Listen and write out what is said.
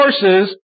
forces